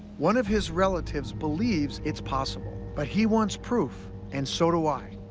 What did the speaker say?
one of his relatives believes it's possible, but he wants proof, and so do i.